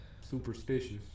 Superstitious